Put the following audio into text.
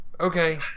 Okay